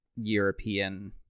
european